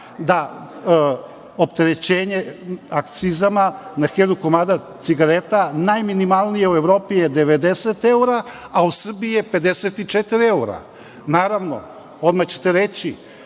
da opterećenje akcizama na 1.000 komada cigareta, najminimalnije u Evropi je 90 evra, a u Srbiji je 54 evra. Naravno, odmah ćete reći